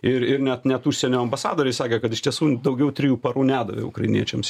ir ir net net užsienio ambasadoriai sakė kad iš tiesų daugiau trijų parų nedavė ukrainiečiams